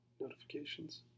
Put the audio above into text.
notifications